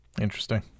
interesting